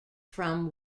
from